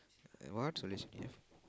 and what soulution you have